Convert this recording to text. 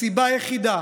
הסיבה היחידה